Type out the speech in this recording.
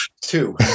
two